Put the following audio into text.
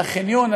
על החניון,